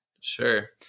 Sure